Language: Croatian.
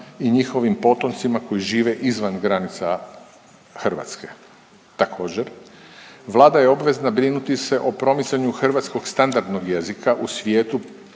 i njihovim potomcima koji žive izvan granica Hrvatske. Također, Vlada je obvezna brinuti se o promicanju hrvatskog standardnog jezika u svijetu